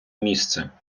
місце